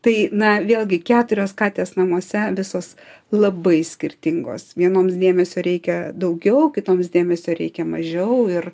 tai na vėlgi keturios katės namuose visos labai skirtingos vienoms dėmesio reikia daugiau kitoms dėmesio reikia mažiau ir